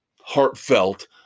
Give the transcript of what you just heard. heartfelt